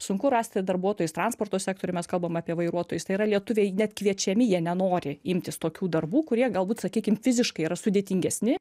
sunku rasti darbuotojus transporto sektoriuj mes kalbam apie vairuotojus tai yra lietuviai net kviečiami jie nenori imtis tokių darbų kurie galbūt sakykim fiziškai yra sudėtingesni